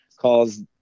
calls